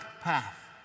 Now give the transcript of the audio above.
path